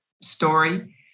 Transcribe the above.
story